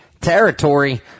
territory